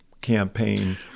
campaign